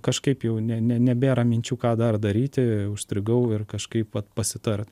kažkaip jau ne ne nebėra minčių ką dar daryti užstrigau ir kažkaip vat pasitart